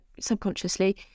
subconsciously